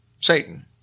Satan